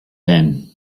ben